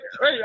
hey